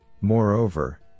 moreover